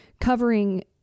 covering